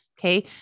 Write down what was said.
Okay